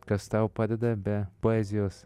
kas tau padeda be poezijos